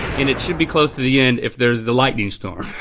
and it should be close to the end if there's the lightning storm.